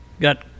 Got